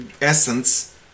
essence